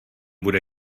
bude